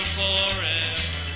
forever